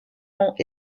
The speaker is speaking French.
long